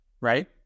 Right